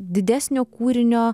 didesnio kūrinio